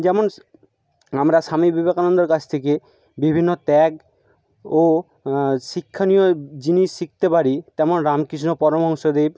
যেমন আমরা স্বামী বিবেকানন্দের কাছ থেকে বিভিন্ন ত্যাগ ও শিক্ষণীয় জিনিস শিখতে পারি তেমন রামকৃষ্ণ পরমহংসদেব